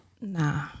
Nah